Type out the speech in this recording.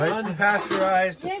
unpasteurized